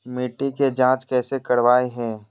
मिट्टी के जांच कैसे करावय है?